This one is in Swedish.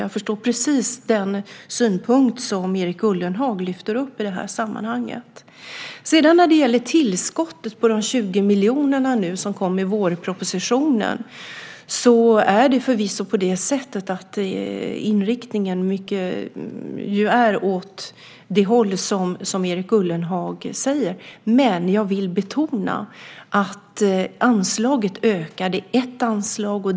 Jag förstår precis den synpunkt som Erik Ullenhag lyfter fram i det här sammanhanget. När det sedan gäller tillskottet på de 20 miljonerna som kom i vårpropositionen är inriktningen förvisso på det som Erik Ullenhag säger, men jag vill betona att ett anslag ökade.